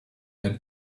then